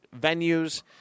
venues